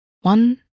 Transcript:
One